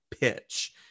pitch